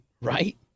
right